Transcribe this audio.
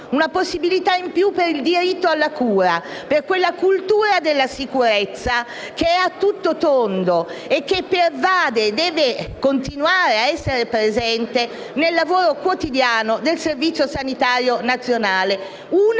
una possibilità in più per il diritto alla cura, per quella cultura della sicurezza che è a tutto tondo e che pervade e deve continuare ad essere presente nel lavoro quotidiano del Servizio sanitario nazionale,